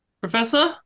Professor